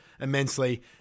immensely